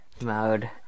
mode